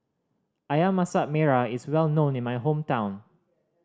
Ayam Masak Merah is well known in my hometown